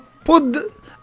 put